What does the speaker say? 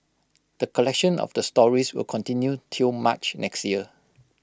the collection of the stories will continue till March next year